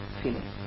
feeling